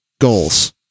goals